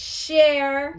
share